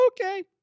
okay